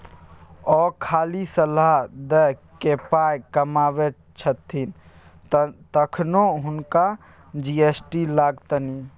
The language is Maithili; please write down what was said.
ओ खाली सलाह द कए पाय कमाबैत छथि तखनो हुनका जी.एस.टी लागतनि